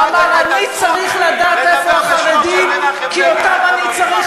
"בברית-המועצות נוצרו תנאים שבגללם נישואי תערובת